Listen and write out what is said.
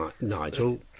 Nigel